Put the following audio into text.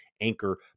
Anchor